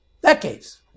decades